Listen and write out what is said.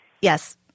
Yes